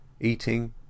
Eating